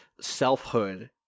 selfhood